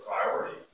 priority